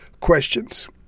questions